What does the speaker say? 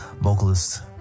vocalist